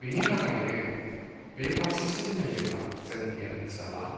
बेनि थाखायनो बे फारसे जों नायोब्ला जोंनि ओनसोला